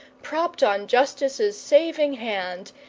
propped on justice' saving hand,